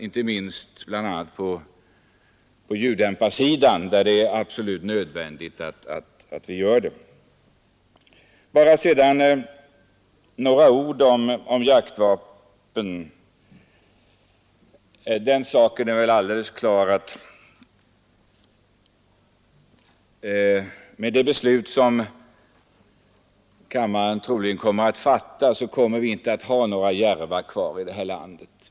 Inte minst nödvändigt är det att göra någonting åt ljuddämparna. Bara några ord sedan om jaktvapen. Det är väl alldeles klart att med det beslut som kammaren troligen kommer att fatta kommer vi snart inte att ha några järvar kvar här i landet.